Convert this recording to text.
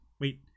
Wait